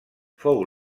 fou